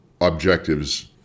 objectives